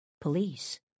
Police